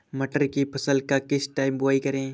मटर की फसल का किस टाइम बुवाई करें?